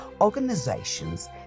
organizations